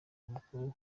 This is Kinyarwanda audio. amakuru